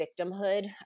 victimhood